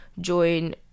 join